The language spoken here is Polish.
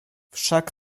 wszak